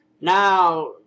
Now